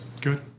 Good